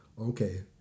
okay